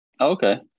okay